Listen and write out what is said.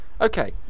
Okay